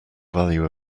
value